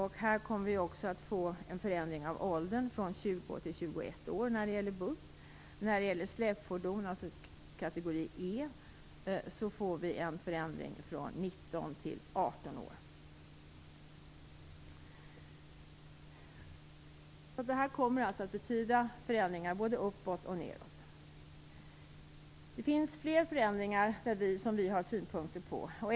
Här blir det också en förändring av åldersgränsen, från 20 till blir det en förändring från 19 till 18 år. Det kommer alltså att betyda förändringar både uppåt och nedåt. Det finns fler förändringar som vi har synpunkter på.